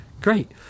great